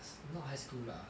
it's not high school lah